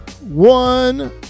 one